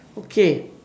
okay